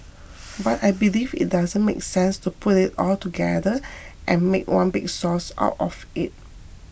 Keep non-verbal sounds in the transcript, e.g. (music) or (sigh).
(noise) but I believe it doesn't make sense to put it all together and make one big sauce out of it